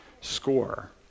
score